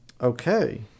Okay